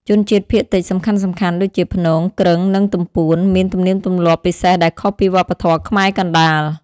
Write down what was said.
ជនជាតិភាគតិចសំខាន់ៗដូចជា ព្នង គ្រឹង និងទំពួន មាន ទំនៀមទម្លាប់ ពិសេសដែលខុសពីវប្បធម៌ខ្មែរកណ្តាល។